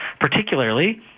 particularly